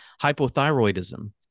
Hypothyroidism